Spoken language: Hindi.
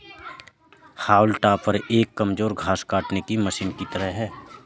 हाउल टॉपर एक कमजोर घास काटने की मशीन की तरह है